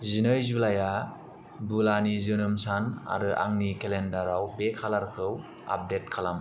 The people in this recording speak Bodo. जिनै जुलाइआ बुलानि जोनोम सान आरो आंनि केलेन्डाराव बे खालारखौ आपदेत खालाम